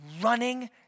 running